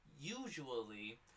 usually